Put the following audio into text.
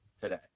today